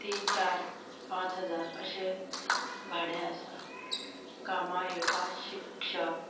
तीन चार पांच हजार अशें भाडें आसा कामा येवपा शिक्षक